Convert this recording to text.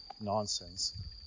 nonsense